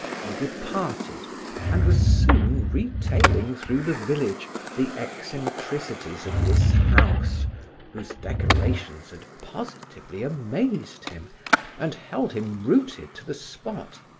he departed and was soon retailing through the village the eccentricities of this house whose decorations had positively amazed him and held him rooted to the spot.